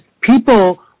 people